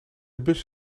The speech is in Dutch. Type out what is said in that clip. bus